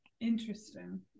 Interesting